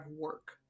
work